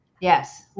yes